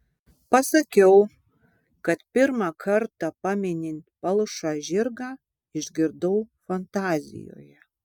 pasakiau kad pirmą kartą paminint palšą žirgą išgirdau fantazijoje